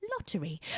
Lottery